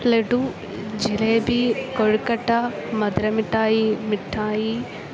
ലഡു ജിലേബി കൊഴുക്കട്ട മധുരമിഠായി മിഠായി